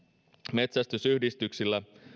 metsästysyhdistyksillä